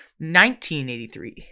1983